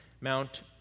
Mount